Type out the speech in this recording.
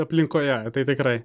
aplinkoje tai tikrai